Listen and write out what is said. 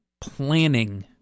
planning